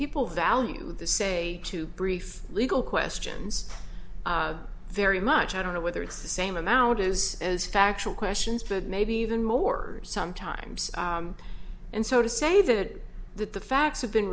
people value the say to brief legal questions very much i don't know whether it's the same amount as as factual questions but maybe even more sometimes and so to say that that the facts have been